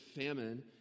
famine